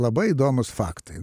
labai įdomūs faktai